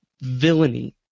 villainy